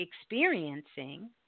experiencing